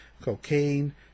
Cocaine